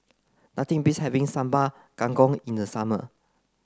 nothing beats having Sambal Kangkong in the summer